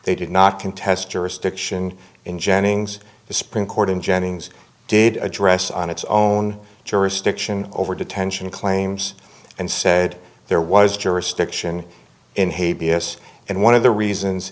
they did not contest jurisdiction in jennings the supreme court in jennings did address on its own jurisdiction over detention claims and said there was jurisdiction in hay b s and one of the reasons